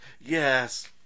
Yes